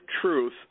Truth